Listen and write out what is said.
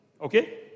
Okay